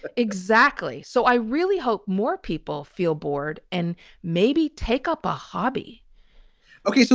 exactly. so i really hope more people feel bored and maybe take up a hobby okay. so